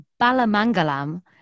Balamangalam